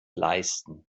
leisten